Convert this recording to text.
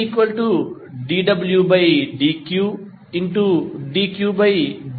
ఇప్పుడు మీరు dwdtdwdq